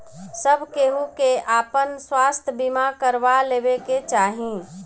सब केहू के आपन स्वास्थ्य बीमा करवा लेवे के चाही